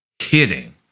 kidding